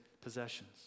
possessions